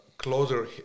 closer